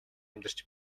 амьдарч